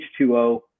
h2o